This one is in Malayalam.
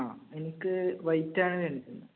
ആ എനിക്ക് വൈറ്റാണ് വേണ്ടിയിരുന്നത്